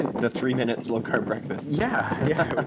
and the three minute, low-carb breakfast. yeah. yeah